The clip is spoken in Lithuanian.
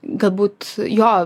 galbūt jo